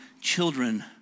children